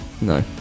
No